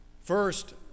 first